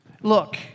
Look